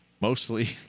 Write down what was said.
Mostly